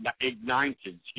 ignited